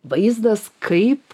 vaizdas kaip